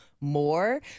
more